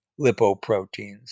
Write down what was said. lipoproteins